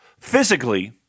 Physically